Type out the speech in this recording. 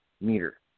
meter